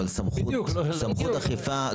אבל סמכות אכיפה,